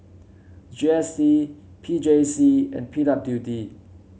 G S T P J C and P W D